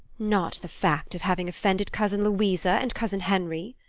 not the fact of having offended cousin louisa and cousin henry?